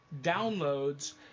downloads